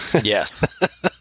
Yes